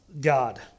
God